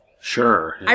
Sure